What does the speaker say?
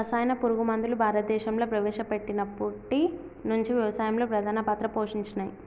రసాయన పురుగు మందులు భారతదేశంలా ప్రవేశపెట్టినప్పటి నుంచి వ్యవసాయంలో ప్రధాన పాత్ర పోషించినయ్